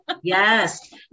Yes